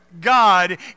God